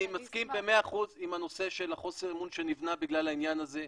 אני מסכים במאה אחוז עם הנושא של חוסר האמון שנבנה בגלל העניין הזה,